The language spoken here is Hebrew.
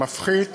מפחית